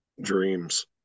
dreams